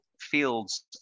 fields